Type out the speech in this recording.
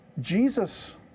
Jesus